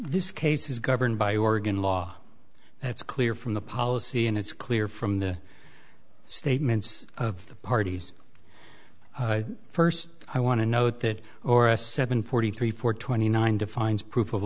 this case is governed by oregon law that's clear from the policy and it's clear from the statements of the parties first i want to note that aura seven forty three four twenty nine defines proof of